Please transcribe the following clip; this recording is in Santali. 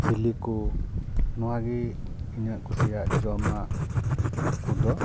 ᱵᱤᱞᱤ ᱠᱚ ᱱᱚᱣᱟ ᱜᱤ ᱤᱧᱟᱹᱜ ᱠᱩᱥᱤᱭᱟᱜ ᱡᱚᱢᱟᱜ ᱠᱚᱫᱚ